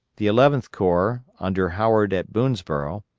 the eleventh corps under howard at boonsborough,